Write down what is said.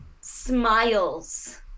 smiles